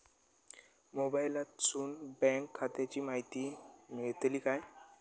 मोबाईलातसून बँक खात्याची माहिती मेळतली काय?